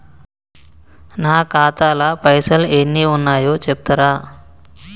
నా ఖాతా లా పైసల్ ఎన్ని ఉన్నాయో చెప్తరా?